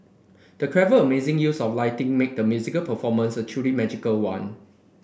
the clever and amazing use of lighting made the musical performance a truly magical one